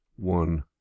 one